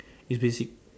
it's basic